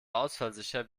ausfallsicher